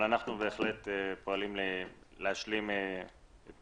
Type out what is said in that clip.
אבל אנחנו בהחלט פועלים להשלים את